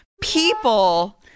People